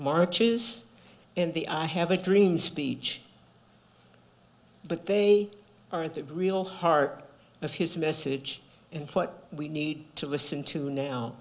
marches and the i have a dream speech but they aren't the real heart of his message and what we need to listen to now